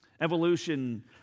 Evolution